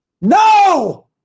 No